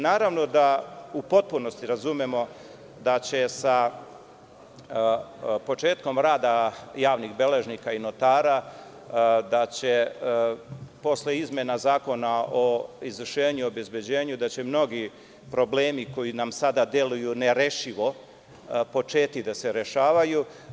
Naravno, da u potpunosti razumemo da će sa početkom rada javnih beležnika i notara, posle izmena Zakona o izvršenju i obezbeđenju da će mnogi problemi koji nam sada deluju nerešivo, početi da se rešavaju.